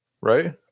right